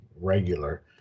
regular